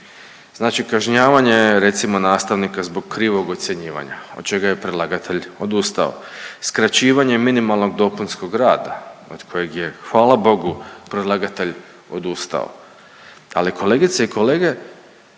Znači kažnjavanje recimo nastavnika zbog krivog ocjenjivanja od čega je predlagatelj odustao. Skraćivanje minimalnog dopunskog rada od kojeg je hvala bogu predlagatelj odustao. Ali kolegice i kolege,